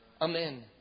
Amen